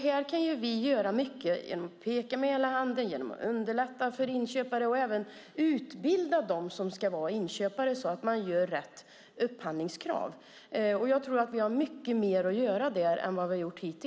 Här kan vi göra mycket genom att peka med hela handen, underlätta för inköpare och även utbilda dem som ska vara inköpare så att man ställer rätt upphandlingskrav. Jag tror att vi har mycket kvar att göra där.